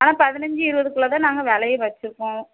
ஆனால் பதினஞ்சு இருவதுக்குள்ளே தான் நாங்கள் விலைய வச்சுருப்போம்